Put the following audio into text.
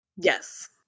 Yes